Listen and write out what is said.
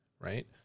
right